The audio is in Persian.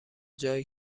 جایی